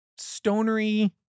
stonery